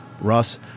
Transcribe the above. russ